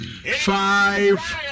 five